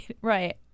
Right